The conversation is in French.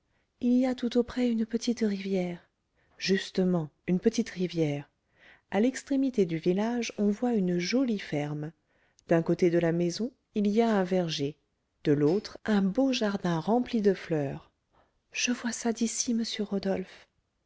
il y a tout auprès une petite rivière justement une petite rivière à l'extrémité du village on voit une jolie ferme d'un côté de la maison il y a un verger de l'autre un beau jardin rempli de fleurs je vois ça d'ici monsieur rodolphe